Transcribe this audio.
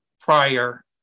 prior